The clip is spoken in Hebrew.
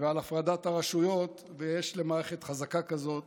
ועל הפרדת הרשויות, ויש למערכת חזקה כזאת